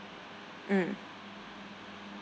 mm